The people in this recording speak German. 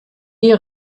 die